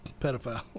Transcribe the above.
pedophile